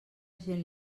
gent